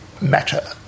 matter